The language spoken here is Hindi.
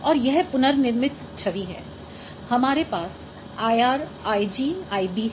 और यह पुनःनिर्मित छवि है हमारे पास IR ˆ IG ˆ IBˆ है